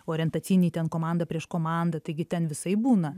orientaciniai ten komanda prieš komandą taigi ten visaip būna